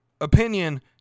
opinion